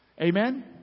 Amen